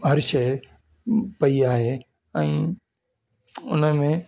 हर शइ उ पई आहे ऐं उनमें